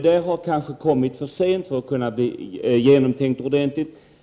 Detta förslag har kanske kommit för sent för att kunna bli ordentligt genomtänkt,